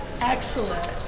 Excellent